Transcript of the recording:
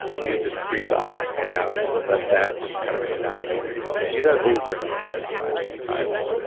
you just breath up and out, and let that just kind of come down around you. and do that over and over, five or six times.